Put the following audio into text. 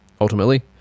ultimately